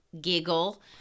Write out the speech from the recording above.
giggle